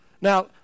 Now